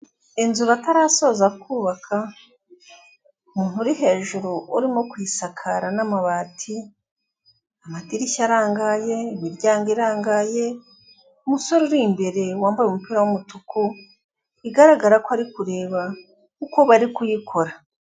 Inzu batarasoza kubaka, umuntu hejuru urimo kuyisakara n'amabati ,amadirishya arangaye, imiryango irangaye , umusore uri imbere wambaye umupira w'umutuku bigaragara ko ari kureba uko bari kuyikora.